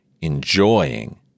enjoying